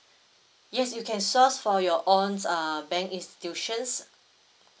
yes you can source for your own err bank institutions